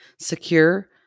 secure